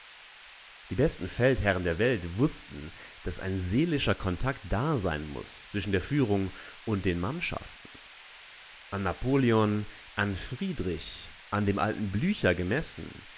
die besten feldherren der welt wußten daß ein seelischer kontakt da sein muß zwischen der führung und den mannschaften an napoleon an friedrich an dem alten blücher gemessen